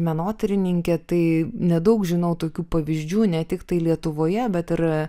menotyrininkė tai nedaug žinau tokių pavyzdžių ne tiktai lietuvoje bet ir